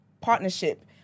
partnership